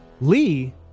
Lee